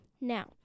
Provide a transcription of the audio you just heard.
Now